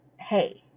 hey